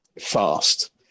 fast